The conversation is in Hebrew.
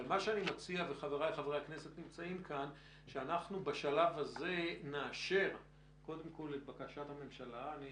אבל מה שאני מציע שאנחנו בשלב הזה נאשר קודם כל את בקשת הממשלה.